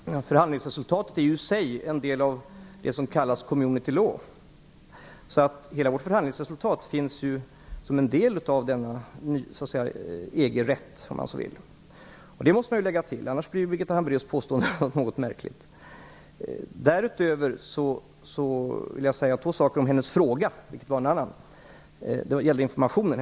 Fru talman! Förhandlingsresultaten i sig är ju en del av det som kallas Community law. Hela vårt förhandlingsresultat finns som en del av denna EU rätt. Det måste man ta hänsyn till. Annars blir Birgitta Hambraeus påstående något märkligt. Därutöver vill jag säga två saker om hennes fråga som gällde informationen.